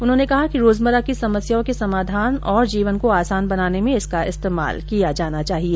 उन्होंने कहा कि रोजमर्रा की समस्याओं के समाधान और जीवन को आसान बनाने में इसका इस्तेमाल किया जाना चाहिए